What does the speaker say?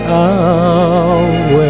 away